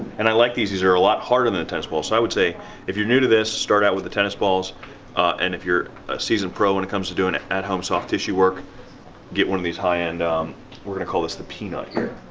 and i like these. these are a lot harder than the tennis balls so i would say if you're new to this start out with the tennis balls and if you're a seasoned pro when it comes to doing at home soft tissue work get one of these high end we're gonna call this the peanut here.